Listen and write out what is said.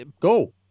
Go